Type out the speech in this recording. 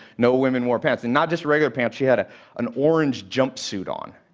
no women wore pants. and not just regular pants. she had an orange jumpsuit on.